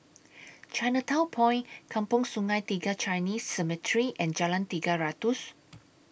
Chinatown Point Kampong Sungai Tiga Chinese Cemetery and Jalan Tiga Ratus